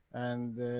and.